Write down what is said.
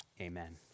amen